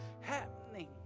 happening